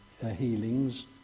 healings